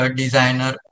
designer